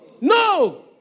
No